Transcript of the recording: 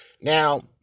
Now